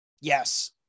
Yes